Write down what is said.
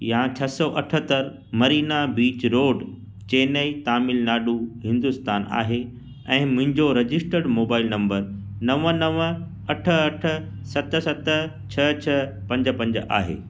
या छह सौ अठतहरि मरीना बीच रोड चेन्नई तामिलनाडु हिंदुस्तान आहे ऐं मुंहिंजो रजिस्ट्रर्ड मोबाइल नम्बर नवं नवं अठ अठ सत सत छह छ्ह पंज पंज आहे